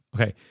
Okay